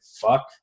fuck